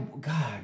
God